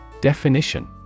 Definition